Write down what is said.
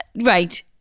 Right